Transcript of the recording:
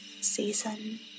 season